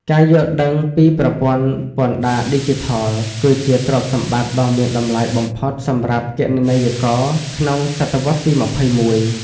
ការយល់ដឹងពីប្រព័ន្ធពន្ធដារឌីជីថល គឺជាទ្រព្យសម្បត្តិដ៏មានតម្លៃបំផុតសម្រាប់គណនេយ្យករក្នុងសតវត្សទី២១។